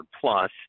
plus